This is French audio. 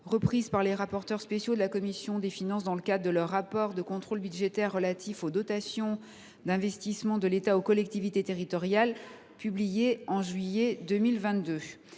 reprise par les rapporteurs spéciaux de la commission des finances dans leur rapport de contrôle budgétaire relatif aux dotations d’investissement de l’État versées aux collectivités territoriales, publié en juillet 2022.